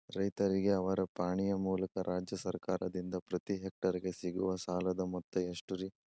ರೈತರಿಗೆ ಅವರ ಪಾಣಿಯ ಮೂಲಕ ರಾಜ್ಯ ಸರ್ಕಾರದಿಂದ ಪ್ರತಿ ಹೆಕ್ಟರ್ ಗೆ ಸಿಗುವ ಸಾಲದ ಮೊತ್ತ ಎಷ್ಟು ರೇ?